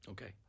Okay